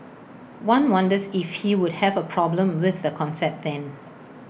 one wonders if he would have A problem with the concept then